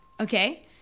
okay